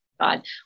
God